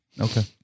Okay